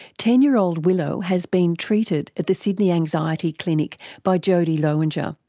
ten year old willow has been treated at the sydney anxiety clinic by jodie lowinger.